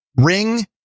ring